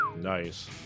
Nice